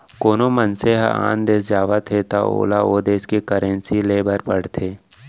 कोना मनसे ह आन देस जावत हे त ओला ओ देस के करेंसी लेय बर पड़थे